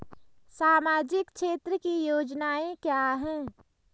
सामाजिक क्षेत्र की योजनाएं क्या हैं?